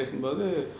mesai thaan